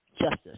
justice